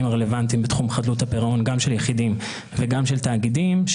הרלוונטיים בתחום חדלות פירעון גם של יחידים וגם של תאגידים.